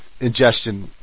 ingestion